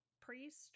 priest